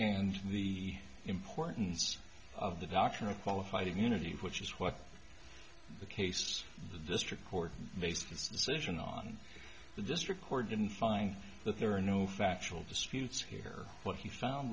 and the importance of the doctor qualified immunity which is what the case the district court based its decision on the district court didn't find that there are no factual disputes here what he found